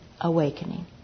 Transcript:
awakening